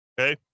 Okay